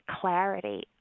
clarity